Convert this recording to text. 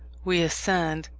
we ascend,